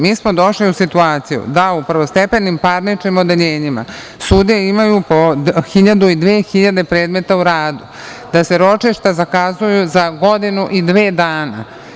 Mi smo došli u situaciju da u prvostepenim parničnim odeljenjima sudije imaju po 1.000 i 2.000 predmeta u radu, da se ročišta zakazuju za godinu i dve dana.